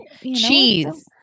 Cheese